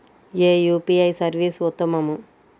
ఏ UPI service ఉత్తమము?